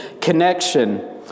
connection